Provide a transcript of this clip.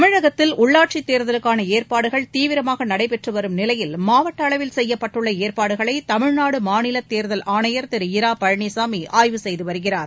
தமிழகத்தில் உள்ளாட்சி தேர்தலுக்கான ஏற்பாடுகள் தீவிரமாக நடைபெற்று வரும் நிலையில் மாவட்ட அளவில் செய்யப்பட்டுள்ள ஏற்பாடுகளை தமிழ்நாடு மாநில தலைமை தேர்தல் ஆணையர் திரு இரா பழனிசாமி ஆய்வு செய்து வருகிறார்